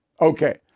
Okay